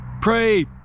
Pray